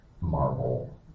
Marvel